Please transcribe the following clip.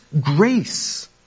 grace